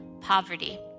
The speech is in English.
poverty